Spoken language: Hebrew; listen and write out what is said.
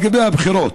לגבי הבחירות.